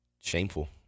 shameful